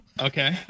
Okay